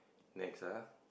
next ah